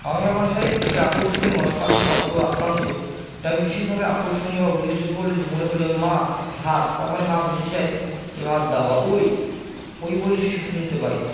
বাংলা ভাষায় কি যে আকর্ষণীয় অস্বাভাবিক শব্দ বাক্যাংশ যেমন বিশেষভাবে আকর্ষণীয় বা উল্লেখযোগ্য বলে মনে করি যেমন মা ভাত তার মানে মা বুঝে যায় যে ভাত দাও বা ওই ওই বললে শিশু শুনতে পায়